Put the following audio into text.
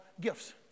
gifts